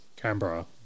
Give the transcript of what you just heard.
Canberra